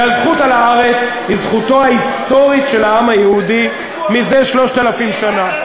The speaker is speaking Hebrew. והזכות על הארץ היא זכותו ההיסטורית של העם היהודי זה 3,000 שנה.